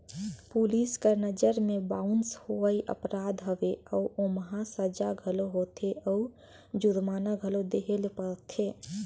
police कर नंजर में बाउंस होवई अपराध हवे अउ ओम्हां सजा घलो होथे अउ जुरमाना घलो देहे ले परथे